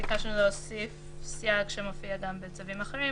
ביקשנו להוסיף סייג שמופיע גם בצווים אחרים